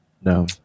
No